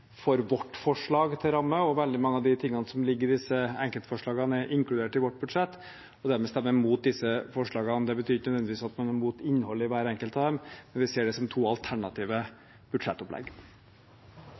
for vårt forslag til ramme. Veldig mange av de tingene som ligger i enkeltforslagene, er inkludert i vårt budsjett, og dermed stemmer vi imot disse forslagene. Det betyr ikke nødvendigvis at man er imot innholdet i hvert enkelt av dem, men vi ser det som to alternative